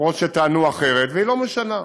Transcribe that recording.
אפילו שטענו אחרת, והיא לא משנה.